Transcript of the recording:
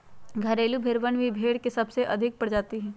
घरेलू भेड़वन भी भेड़ के सबसे अधिक प्रजाति हई